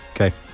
okay